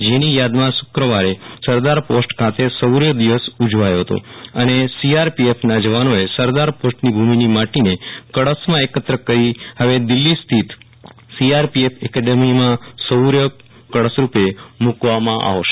જેની યાદમાં શક્રવારે સરદાર પોસ્ટ ખાતે શોર્ય દિવસ ઉજવાયો હતો અને સોઆરપીએફના જવાનોએ સરદાર પોસ્ટની ભૃમીનીમાટીન કળશમાં એકત્ર કરો હવે દિલ્હી સ્થિત સીઆરપીએફ એકેડમીમાં શોર્ય કળશરૂપે મુકવામાં આવશે